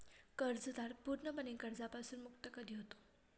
कर्जदार पूर्णपणे कर्जापासून मुक्त कधी होतो?